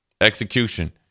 execution